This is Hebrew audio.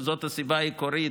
שזאת הסיבה העיקרית,